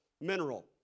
mineral